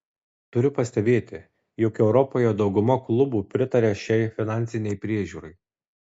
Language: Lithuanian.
turiu pastebėti jog europoje dauguma klubų pritaria šiai finansinei priežiūrai